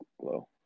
glow